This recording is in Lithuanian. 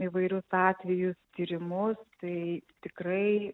įvairius atvejus tyrimus tai tikrai